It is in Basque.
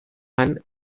han